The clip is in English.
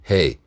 Hey